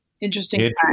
Interesting